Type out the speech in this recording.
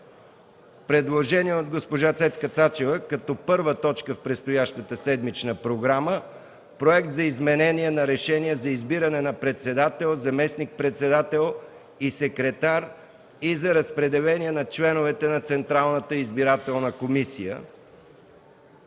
Предложение от госпожа Цецка Цачева като първа точка в предстоящата седмична програма – Проект за изменение на Решение за избиране на председател, заместник-председател и секретар и за разпределение на членовете на Централната избирателна комисия.